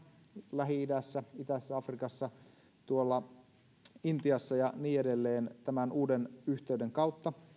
lähi idässä itäisessä afrikassa intiassa ja niin edelleen tämän uuden yhteyden kautta